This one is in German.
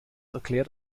erklärt